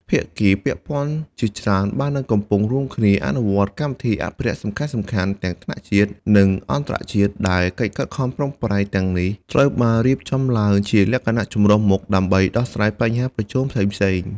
ភាគីពាក់ព័ន្ធជាច្រើនបាននិងកំពុងរួមគ្នាអនុវត្តកម្មវិធីអភិរក្សសំខាន់ៗ ទាំងថ្នាក់ជាតិ និងអន្តរជាតិ ដែលកិច្ចខិតខំប្រឹងប្រែងទាំងនេះត្រូវបានរៀបចំឡើងជាលក្ខណៈចម្រុះមុខ ដើម្បីដោះស្រាយបញ្ហាប្រឈមផ្សេងៗ។